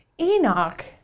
Enoch